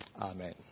Amen